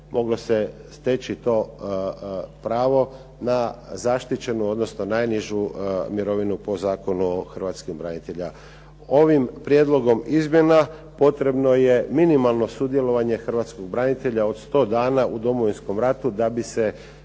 moglo se steći to pravo na zaštićenu, odnosno na najnižu mirovinu po Zakonu o Hrvatskim braniteljima. Ovim prijedlogom izmjena potrebno je minimalno sudjelovanje hrvatskog branitelja od 100 dana u Domovinskom ratu da bi se